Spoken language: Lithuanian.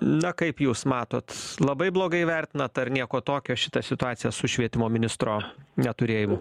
na kaip jūs matot labai blogai vertinat ar nieko tokio šita situacija su švietimo ministro neturėjimu